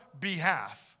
behalf